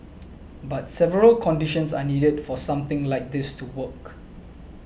but several conditions are needed for something like this to work